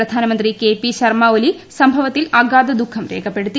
പ്രധാനമന്ത്രി കെ പിശ്രർമ്മ ഒലി സംഭവത്തിൽ അഗാധ ദുഃഖം രേഖപ്പെടുത്തി